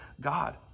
God